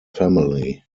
family